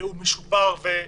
שהוא משופר.